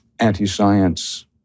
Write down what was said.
Anti-science